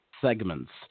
segments